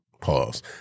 Pause